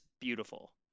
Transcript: beautiful